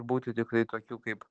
būti tikrai tokiu kaip